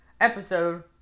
episode